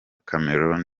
cameroun